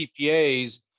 CPAs